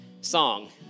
song